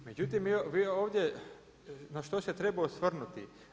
Međutim, vi ovdje, na što se treba osvrnuti.